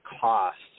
costs